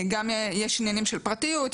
גם יש עניינים של פרטיות,